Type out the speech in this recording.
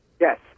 Yes